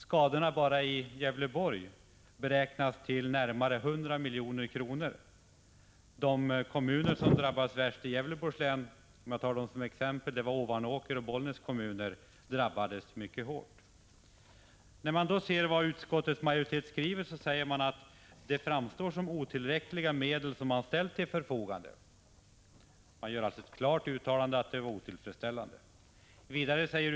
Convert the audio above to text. Skadorna bara i Gävleborgs län beräknas till närmare 100 milj.kr. Ovanåkers och Bollnäs kommuner — låt mig ta dem som exempel — var de som drabbades värst i Gävleborgs län. I utskottets skrivning säger man att det framstår som att otillräckliga medel ställts till förfogande. Det är alltså fråga om ett klart uttalande om otillfredsställande ersättningar.